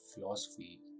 philosophy